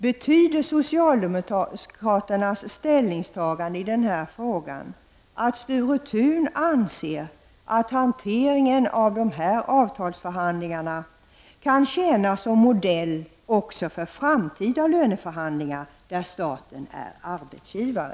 Betyder socialdemokraternas ställningstagande i denna fråga att Sture Thun anser att hanteringen av dessa avtalsförhandlingar kan tjäna som modell även för framtida löneförhandlingar där staten är arbetsgivare?